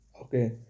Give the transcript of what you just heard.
Okay